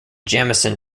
jamison